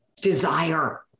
desire